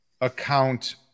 account